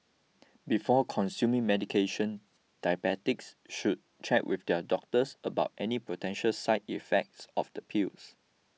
before consuming medication diabetics should check with their doctors about any potential side effects of the pills